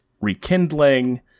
rekindling